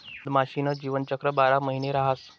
मधमाशी न जीवनचक्र बारा महिना न रहास